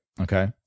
Okay